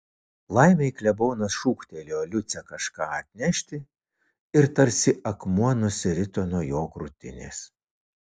laimei klebonas šūktelėjo liucę kažką atnešti ir tarsi akmuo nusirito nuo jo krūtinės